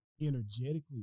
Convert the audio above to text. energetically